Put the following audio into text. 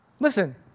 Listen